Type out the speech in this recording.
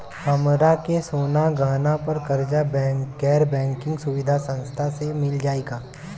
हमरा के सोना गहना पर कर्जा गैर बैंकिंग सुविधा संस्था से मिल जाई का?